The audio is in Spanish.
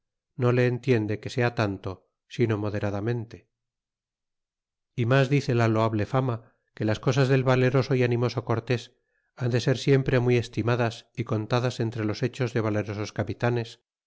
no se entiende que sea tanto sino moderadamente y mas dice la loable fama que las cosas del valeroso y animoso cortés han de ser siempre muy estimadas y contadas entre los hechos de valerosos capitanes